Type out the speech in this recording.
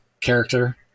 character